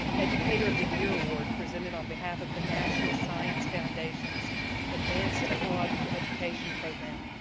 educator of the year award presented on behalf of the national science foundation's advanced technological education program.